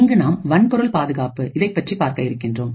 இங்கு நாம் வன்பொருள் பாதுகாப்பு இதைப்பற்றி பார்க்க இருக்கின்றோம்